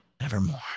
Nevermore